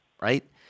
right